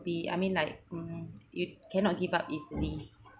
be I mean like mm you cannot give up easily